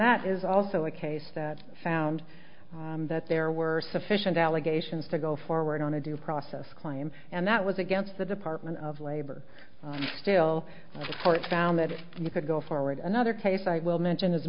that is also a case that found that there were sufficient allegations to go forward on a due process claim and that was against the department of labor still support found that you could go forward another case i will mention is